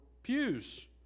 Pews